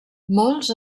molts